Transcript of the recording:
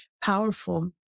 powerful